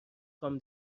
خوام